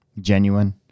genuine